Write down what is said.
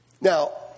Now